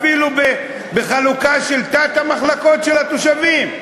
אפילו בחלוקה של תת-המחלקות של התושבים,